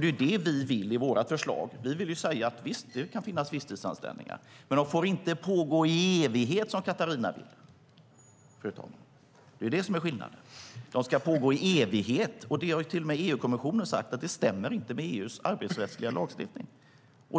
Det är det vi vill i vårt förslag. Vi säger att visst, det kan finnas visstidsanställningar, men de får inte pågå i evighet, som Katarina vill, fru talman. Det är det som är skillnaden. Till och med EU-kommissionen har sagt att det inte stämmer med EU:s arbetsrättsliga lagstiftning.